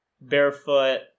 barefoot